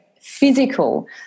physical